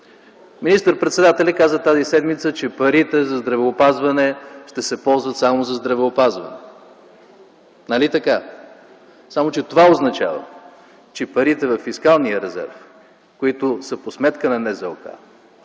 Министър-председателят каза тази седмица, че парите за здравеопазване ще се ползват само за здравеопазване. Нали така? Само че това означава, че парите във фискалния резерв, които са по сметка на НЗОК,